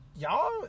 Y'all